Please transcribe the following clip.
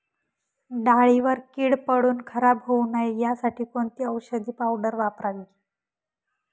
डाळीवर कीड पडून खराब होऊ नये यासाठी कोणती औषधी पावडर वापरावी?